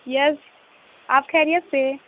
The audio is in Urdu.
یس آپ خیریت سے